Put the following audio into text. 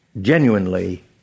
genuinely